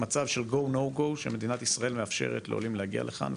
מצב של "go/no go" שמדינת ישראל מאפשרת לעולים להגיע לכאן,